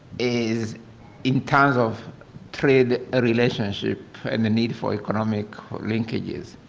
is in terms of trade ah relationship and the need for economic linkages.